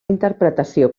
interpretació